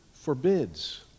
forbids